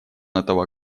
этого